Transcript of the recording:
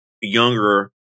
younger